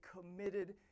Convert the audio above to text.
committed